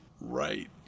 Right